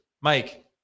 Mike